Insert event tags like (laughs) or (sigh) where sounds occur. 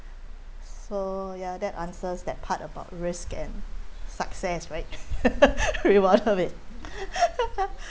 so ya that answers that part about risk and success right (laughs) re~ one of it (laughs)